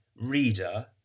reader